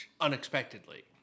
unexpectedly